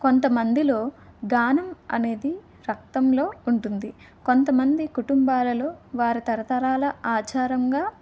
కొంతమందిలో గానం అనేది రక్తంలో ఉంటుంది కొంతమంది కుటుంబాలలో వారి తరతరాల ఆచారంగా